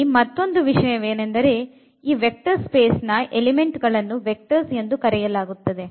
ಇಲ್ಲಿ ಮತ್ತೊಂದು ವಿಷಯವೆಂದರೆ ಈ ವೆಕ್ಟರ್ ಸ್ಪೇಸ್ ನ ಎಲಿಮೆಂಟ್ ಗಳನ್ನು ವೆಕ್ಟರ್ಸ್ ಎಂದು ಕರೆಯಲಾಗುತ್ತದೆ